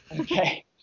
Okay